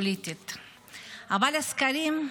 דיברת על הסקרים.